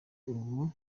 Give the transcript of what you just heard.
ubu